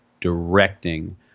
directing